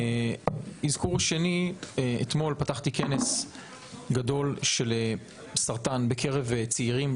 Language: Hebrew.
אזכור שני: אתמול פתחתי כנס גדול על סרטן בקרב צעירים,